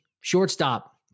Shortstop